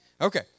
Okay